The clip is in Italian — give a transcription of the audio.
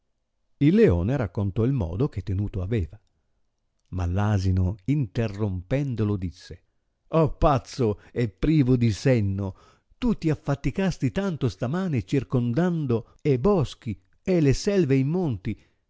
il leone raccontò il modo che tenuto aveva a l asino interrompendolo disse pazzo e privo di senno tu ti affaticasti tanto stamane circondando e boschi e le selve e i monti